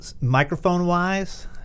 Microphone-wise